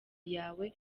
yawe